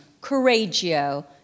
Correggio